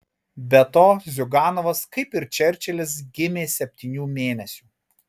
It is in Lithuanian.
be to ziuganovas kaip ir čerčilis gimė septynių mėnesių